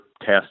test